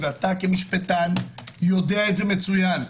ואתה כמשפטן יודע את זה מצוין,